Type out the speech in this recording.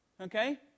Okay